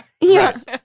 Yes